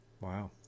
Wow